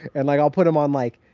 and, like, i'll put them on like,